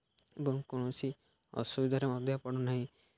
ଏବଂ କୌଣସି ଅସୁବିଧାରେ ମଧ୍ୟ ପଡ଼ୁନାହିଁ